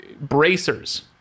bracers